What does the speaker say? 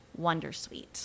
wondersuite